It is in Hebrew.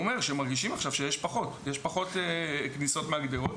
הוא אומר שמרגישים עכשיו שיש פחות יש פחות כניסות מהגדרות.